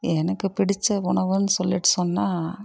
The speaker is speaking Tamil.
எனக்கு பிடித்த உணவுன்னு சொல்லிகிட்டு சொன்னால்